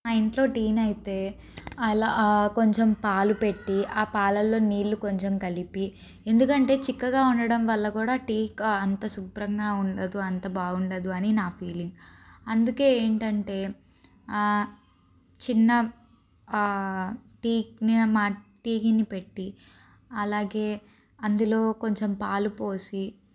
మా ఇంట్లో టీని అయితే అలా కొంచెం పాలు పెట్టి ఆ పాలలో నీళ్ళు కొంచెం కలిపి ఎందుకంటే చిక్కగా ఉండడం వల్ల కూడా టీకా అంత శుభ్రంగా ఉండదు అంత బాగుండదు అని నా ఫీలింగ్ అందుకు ఏంటంటే చిన్న టీ టీ గిన్నే పెట్టి అలాగే అందులో కొంచెం పాలు పోసి